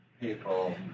people